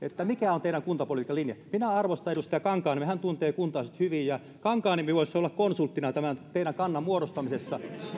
mikä on teidän kuntapolitiikan linjanne minä arvostan edustaja kankaanniemeä hän tuntee kunta asiat hyvin kankaanniemi voisi olla konsulttina tämän teidän kantanne muodostamisessa